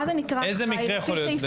מה זה נקרא אחראי לפי סעיף החוק?